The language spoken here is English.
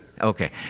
Okay